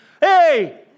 Hey